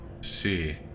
see